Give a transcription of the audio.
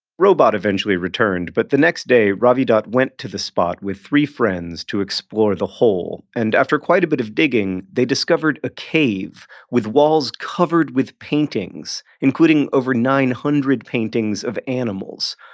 robot eventually returned but the next day, ravidat went to the spot with three friends to explore the hole. and after quite a bit of digging, they discovered a cave with walls covered with paintings, including over nine hundred paintings of animals,